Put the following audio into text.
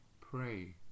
pray